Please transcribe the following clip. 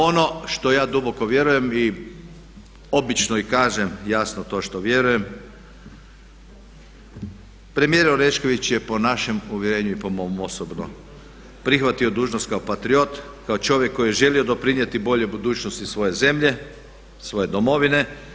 Ono što ja duboko vjerujem i obično i kažem jasno to što vjerujem premijer Orešković je po našem uvjerenju i po mom osobnom prihvatio dužnost kao patriot, kao čovjek koji je želio doprinijeti boljoj budućnosti svoje zemlje, svoje domovine.